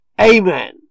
Amen